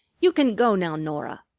you can go now, norah,